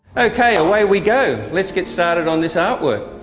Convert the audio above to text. okay, away we go lets get started on this art work.